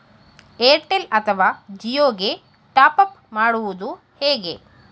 Airtel ಅಥವಾ ಜಿಯೊ ಗೆ top up ಮಾಡುವುದು ಹೇಗೆ?